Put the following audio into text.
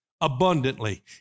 abundantly